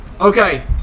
Okay